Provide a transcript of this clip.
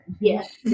Yes